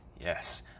Yes